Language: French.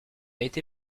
été